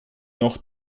noch